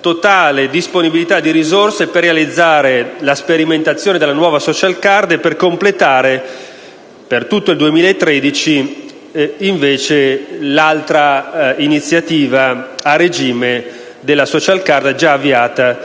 totale disponibilità di risorse per realizzare la sperimentazione della nuova *social card*; infine, il completamento per tutto il 2013 dell'iniziativa a regime della *social card*, già avviata